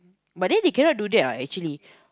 but then they cannot do that what actually